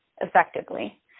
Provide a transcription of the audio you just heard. effectively